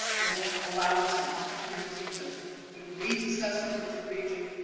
will allow us an opportunity to do needs assessment of the region,